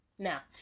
Now